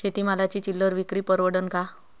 शेती मालाची चिल्लर विक्री परवडन का?